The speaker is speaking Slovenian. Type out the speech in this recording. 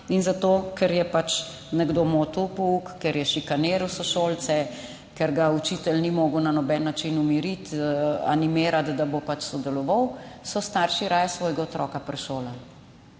in zato, ker je nekdo motil pouk, ker je šikaniral sošolce, ker ga učitelj ni mogel na noben način umiriti, animirati, da bo sodeloval, so starši raje svojega otroka prešolali.